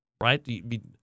Right